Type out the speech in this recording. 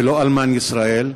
ולא אלמן ישראל,